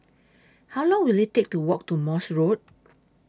How Long Will IT Take to Walk to Morse Road